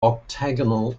octagonal